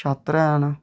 छात्र हैन